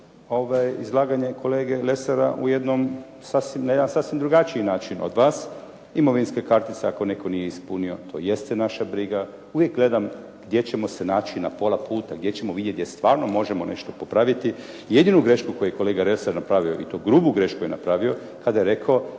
izlaganje kolege Lesara na jedan sasvim drugačiji način od vas. Imovinske kartice ako netko nije ispunio to jeste naša briga. Uvijek gledam gdje ćemo se naći na pola puta, gdje ćemo vidjet da stvarno možemo nešto napraviti. Jedinu grešku koju je kolega Lesar napravio i to grubu grešku je napravio kada je rekao